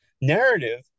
narrative